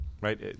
right